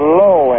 low